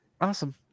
Awesome